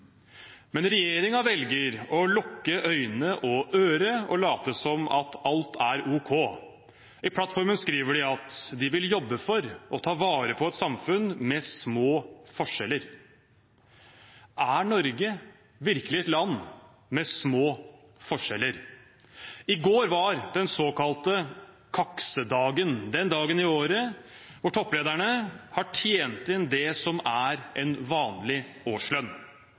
Men regjeringen velger å lukke øyne og ører og late som om alt er ok. I plattformen skriver de at de vil jobbe for å ta vare på et samfunn med små forskjeller. Er Norge virkelig et land med små forskjeller? I går var den såkalte kaksedagen, den dagen i året hvor topplederne har tjent inn det som er en vanlig årslønn.